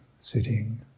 sitting